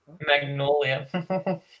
Magnolia